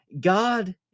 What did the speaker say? God